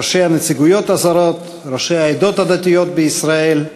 ראשי הנציגויות הזרות, ראשי העדות הדתיות בישראל,